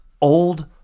old